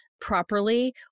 properly